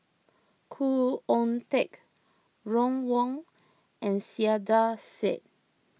Khoo Oon Teik Ron Wong and Saiedah Said